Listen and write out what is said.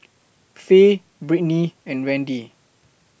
Faye Brittny and Randy